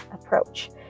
approach